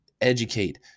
educate